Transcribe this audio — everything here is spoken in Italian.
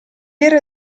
era